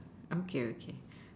okay okay